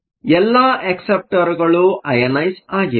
ಆದ್ದರಿಂದ ಎಲ್ಲಾ ಅಕ್ಸೆಪ್ಟರ್ಗಳು ಅಯನೈಸ಼್ ಆಗಿವೆ